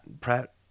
pratt